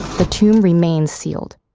the tomb remains sealed.